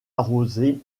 arrosé